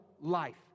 life